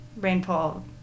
rainfall